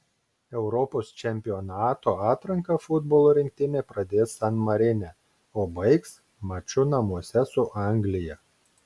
europos čempionato atranką futbolo rinktinė pradės san marine o baigs maču namuose su anglija